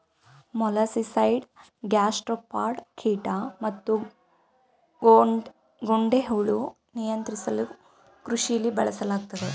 molluscicide gastropod ಕೀಟ ಮತ್ತುಗೊಂಡೆಹುಳು ನಿಯಂತ್ರಿಸಲುಕೃಷಿಲಿ ಬಳಸಲಾಗ್ತದೆ